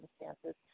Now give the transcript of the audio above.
circumstances